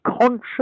conscious